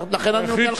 לכן אני נותן לך לדבר.